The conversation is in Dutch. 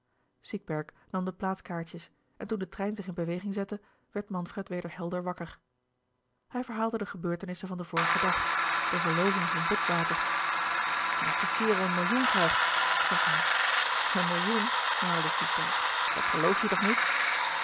siegberg nam de plaatskaartjes en toen de trein zich in beweging zette werd manfred weder helder wakker hij verhaalde de gebeurtenissen van den vorigen dag de verloving van botwater dat die kerel een millioen krijgt sprak hij een millioen herhaalde siegberg dat geloof je toch niet